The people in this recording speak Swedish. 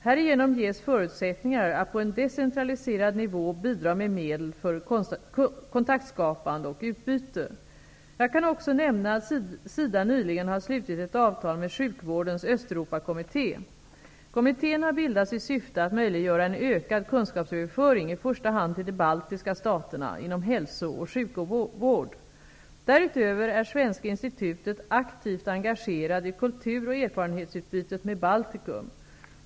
Härigenom ges förutsättningar att på en decentraliserad nivå bidra med medel för kontaktskapande och utbyte. Jag kan också nämna att SIDA nyligen har slutit ett avtal med Sjukvårdens Östeuropakommitté. Kommittén har bildats i syfte att möjliggöra en ökad kunskapsöverföring -- i första hand till de baltiska staterna -- inom hälso och sjukvård. Därutöver är Svenska institutet aktivt engagerat i kultur och erfarenhetsutbytet med Baltikum.